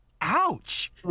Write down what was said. ouch